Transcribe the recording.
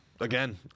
Again